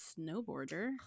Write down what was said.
snowboarder